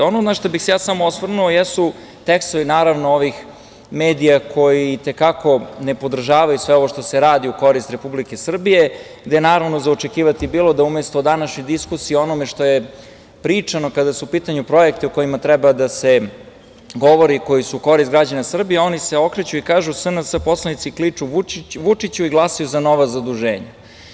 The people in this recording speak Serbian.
Ono na šta bih se ja osvrnuo jesu tekstovi medija koji i te kako ne podržavaju sve ovo što se radi u korist Republike Srbije, gde je za očekivati bilo da umesto današnje diskusije, o onome što je pričano kada su u pitanju projekti o kojima treba da se govori i koji su u korist građana Srbije, oni se okreću i kažu - SNS poslanici kliču Vučiću i glasaju za nova zaduženja.